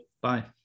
Bye